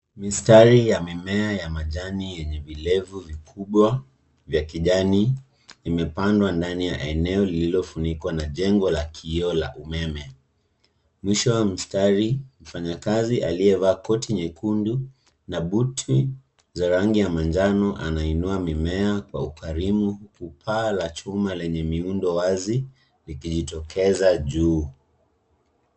Mistari ya mimea ya majani yenye vilevu vikubwa vya kijani imepandwa ndani ya eneo lililofunikwa na jengo la kioo la umeme. Mwisho wa mstari mfanyakazi aliyevaa koti nyekundu na buti za rangi ya manjano anainua mimea kwa ukarimu. Huku paa lenye miundo wazi likijitokeza juu.